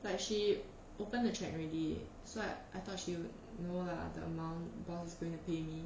like she opened the check already so I I thought she would know lah the amount boss going to pay me